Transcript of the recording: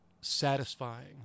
satisfying